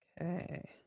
Okay